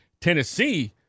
Tennessee